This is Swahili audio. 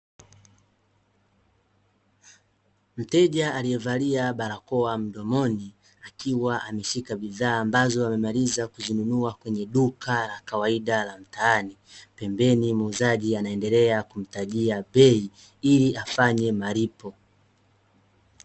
Mteja aliyevalia barakoa mdomoni, akiwa ameshika bidhaa ambazo amemaliza kuzinunua kwenye duka la kawaida la mtaani, pembeni muuzaji anaendelea kumtajia bei, ili afanye malipo.